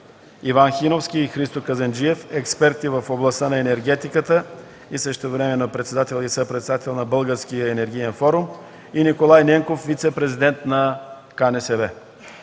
Иван Хиновски и Христо Казанджиев – експерти в областта на енергетиката, същевременно председател и съпредседател на Българския енергиен форум; и Николай Ненков – вицепрезидент на КНСБ.